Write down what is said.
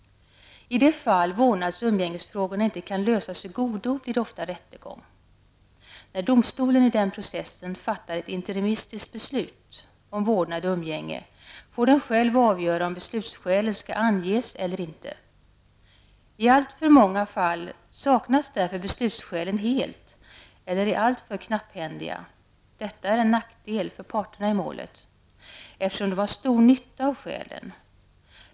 I de fall vårdnads och umgängesfrågorna inte kan lösas i godo blir det ofta rättegång. När domstolen i den processen fattar ett interimistiskt beslut om vårdnad och umgänge får den själv avgöra om beslutsskälen skall anges eller inte. I alltför många fall saknas därför beslutsskälen helt eller är alltför knapphändiga. Detta är en nackdel för parterna i målen, eftersom de har stor nytta av att se skälen.